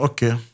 Okay